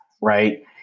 right